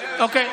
אדוני היושב-ראש,